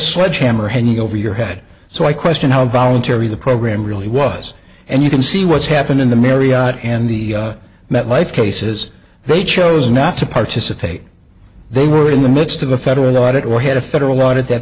sledgehammer hanging over your head so i question how voluntary the program really was and you can see what's happened in the marriott and the met life cases they chose not to participate they were in the midst of a federal audit or had a federal audit that